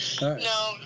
No